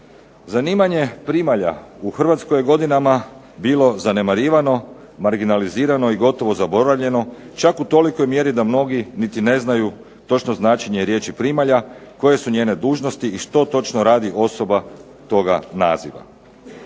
Zanimanje primalja u Hrvatskoj je godinama bilo zanemarivano, marginalizirano i gotovo zaboravljeno čak u tolikoj mjeri da mnogi niti ne znaju točno značenje riječi primalja, koje su njene dužnosti i što točno radi osoba toga naziva.